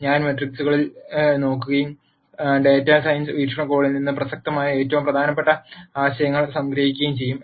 ഞാൻ മെട്രിക്സുകളെ നോക്കുകയും ഡാറ്റാ സയൻസ് വീക്ഷണകോണിൽ നിന്ന് പ്രസക്തമായ ഏറ്റവും പ്രധാനപ്പെട്ട ആശയങ്ങൾ സംഗ്രഹിക്കുകയും ചെയ്യും